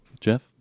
Jeff